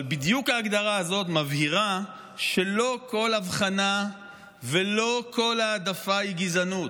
אבל בדיוק ההגדרה הזאת מבהירה שלא כל הבחנה ולא כל העדפה היא גזענות.